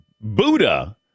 Buddha